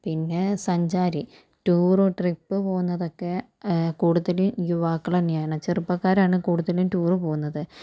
പിന്നെ സഞ്ചാരി ടൂറോ ട്രിപ്പ് പോകുന്നതൊക്കെ കൂടുതൽ യുവാക്കൾ തന്നെയാണ് ചെറുപ്പക്കാരാണ് കൂടുതലും ടൂർ പോകുന്നത്